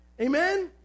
amen